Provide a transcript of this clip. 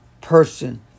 person